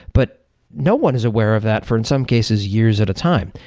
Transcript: but no one is aware of that, for in some cases, years at a time.